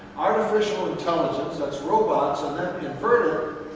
artificial intelligence that's robots, and then convert it.